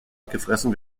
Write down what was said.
gefressen